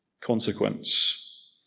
consequence